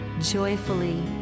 joyfully